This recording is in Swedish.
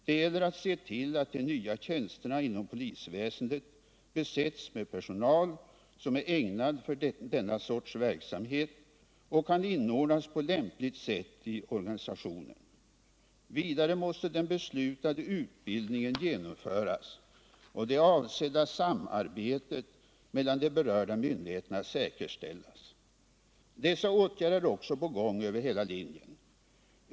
Det gäller att se till att de nya tjänsterna inom polisväsendet besätts med personal, som är ägnad för denna sorts verksamhet och kan inordnas på lämpligt sätt i organisationen. Vidare måste den beslutade utbildningen genomföras och det avsedda samarbetet mellan de berörda myndigheterna säkerställas. Dessa åtgärder är också på gång över hela linjen.